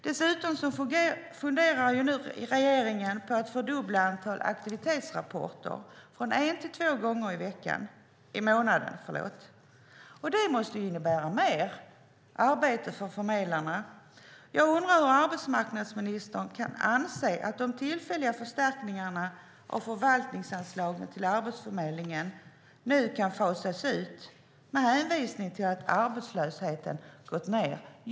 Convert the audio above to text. Dessutom funderar nu regeringen på att fördubbla antalet aktivitetsrapporter från en till två gånger i månaden. Det måste innebära mer arbete för förmedlarna. Jag undrar hur arbetsmarknadsministern kan anse att de tillfälliga förstärkningarna av förvaltningsanslagen till Arbetsförmedlingen nu kan fasas ut med hänvisning till att arbetslösheten har gått ned.